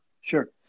Sure